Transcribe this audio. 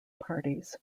parties